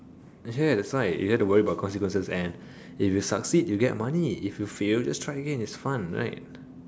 ya that's why you don't have to worry about consequences and if you succeed you get money if you fail just try again it's fun right